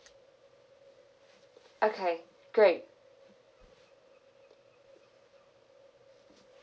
okay great